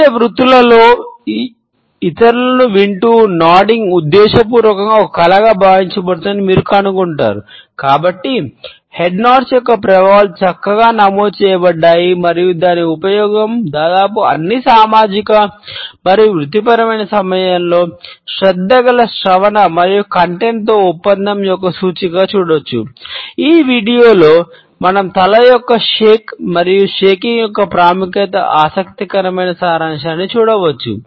వివిధ వృత్తులలో ఇతరులను వింటూ నోడింగ్ మనం తల యొక్క షేక్ మరియు షేకింగ్ యొక్క ప్రాముఖ్యత ఆసక్తికరమైన సారాంశాన్ని చూడవచ్చు